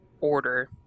order